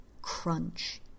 crunch